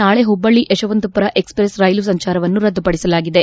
ನಾಳೆ ಹುಬ್ಬಳ್ಳಿ ಯಶವಂತಮರ ಎಕ್ಸ್ಪ್ರೆಸ್ ರೈಲು ಸಂಜಾರವನ್ನು ರದ್ದುಪಡಿಸಲಾಗಿದೆ